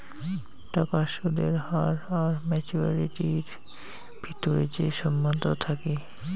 টাকার সুদের হার আর মাচুয়ারিটির ভিতরে যে সম্বন্ধ থাকি